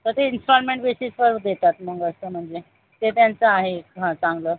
तर ते इन्स्टॉलमेन्ट बेसिसवर देतात मग असं म्हणजे ते त्यांचं आहे एक हां चांगलं